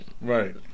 Right